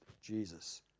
Jesus